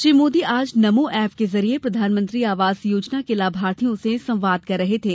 श्री मोदी आज नमो ऐप के जरिए प्रधानमंत्री आवास योजना के लाभार्थियों से संवाद कर रहे थे